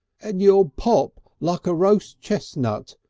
and you'll pop like a roast chestnut.